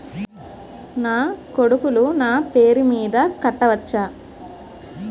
నా కొడుకులు నా పేరి మీద కట్ట వచ్చా?